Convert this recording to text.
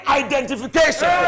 identification